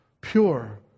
pure